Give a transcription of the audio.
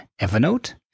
Evernote